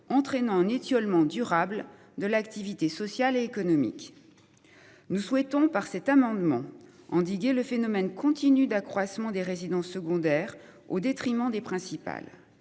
entraînant un étiolement durable de l'activité sociale et économique. Nous souhaitons par cet amendement endiguer le phénomène continue d'accroissement des résidences secondaires au détriment des principales.